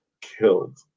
killed